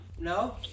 No